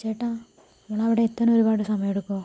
ചേട്ടാ നിങ്ങളവിടെ എത്താൻ ഒരുപാട് സമയമെടുക്കുമോ